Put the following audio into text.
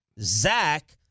Zach